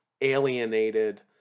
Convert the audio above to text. alienated